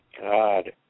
god